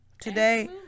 today